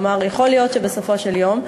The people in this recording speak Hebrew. כלומר, יכול להיות שבסופו של יום,